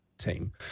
team